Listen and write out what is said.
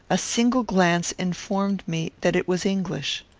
a single glance informed me that it was english.